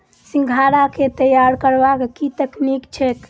सिंघाड़ा केँ तैयार करबाक की तकनीक छैक?